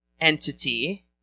entity